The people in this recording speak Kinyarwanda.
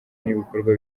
n’ibikorwa